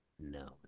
No